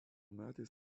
metais